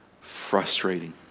frustrating